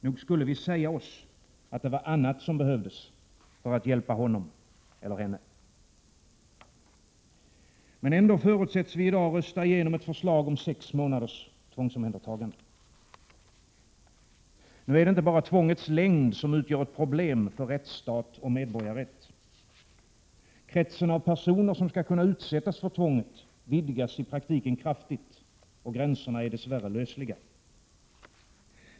Nog skulle vi säga oss att det var annat som behövdes för att hjälpa honom eller henne. Men ändå förutsätts vi i dag rösta igenom ett förslag om sex månaders tvångsomhändertagande. Nu är det inte bara tvångets längd som utgör ett problem för rättsstat och medborgarrätt. Kretsen av personer som skall kunna utsättas för tvånget vidgas i praktiken kraftigt, och gränserna är dess värre lösliga.